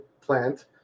plant